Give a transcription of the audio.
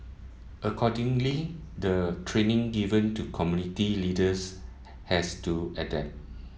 accordingly the training given to community leaders has to adapt